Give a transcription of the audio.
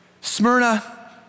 Smyrna